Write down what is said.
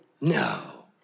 no